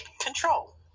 Control